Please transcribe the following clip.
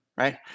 right